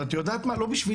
אבל את יודעת מה, לא בשבילם.